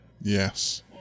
Yes